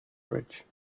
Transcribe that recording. bridge